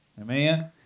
Amen